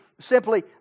simply